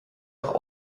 auch